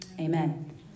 Amen